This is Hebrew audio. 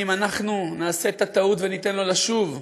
אם אנחנו נעשה את הטעות וניתן לו לשוב למנהיגות,